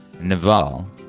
Naval